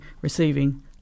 receiving